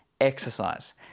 exercise